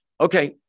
Okay